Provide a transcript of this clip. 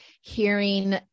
hearing